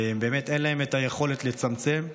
אין יכולת לצמצם.